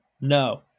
No